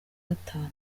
gatanu